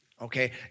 okay